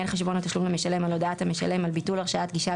חשבון התשלום למשלם על הודעת המשלם על ביטול הרשאת גישה,